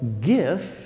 gift